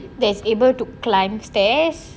that is able to climb stairs